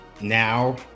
now